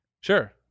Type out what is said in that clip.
Sure